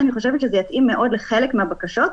אני חושבת שזה יתאים מאוד לחלק מהבקשות,